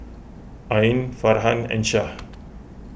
Ain Farhan and Shah